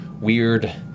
weird